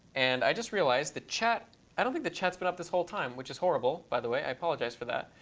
and i just realized the chat i don't think the chat's been up this whole time, which is horrible by the way. i apologize for that.